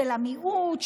של המיעוט,